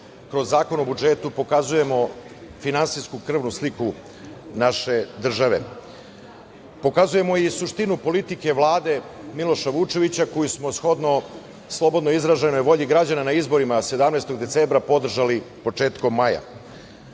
kroz Zakon o budžetu pokazujemo finansijsku krvnu sliku naše države. Pokazujemo i suštinu politike Vlade Miloša Vučevića, koju smo shodno slobodno izraženoj volji građana na izborima 17. decembra podržali početkom maja. Što